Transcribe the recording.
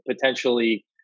potentially